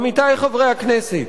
עמיתי חברי הכנסת,